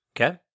Okay